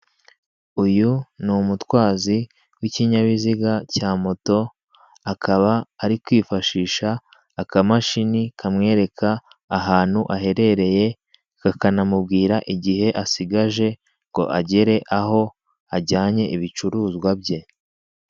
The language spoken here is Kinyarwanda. Uyu ni umutwazi w'ikinyabiziga cya moto, akaba ari kwifashisha akamashini kamwereka ahantu aherereye kakanamubwira igihe asigaje ngo agere aho aryanye ibicuruzwa bye.